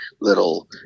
little